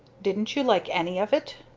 didn't you like any of it?